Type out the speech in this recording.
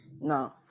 No